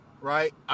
right